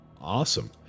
Awesome